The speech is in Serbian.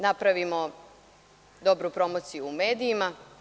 Napravimo dobru promociju u medijima.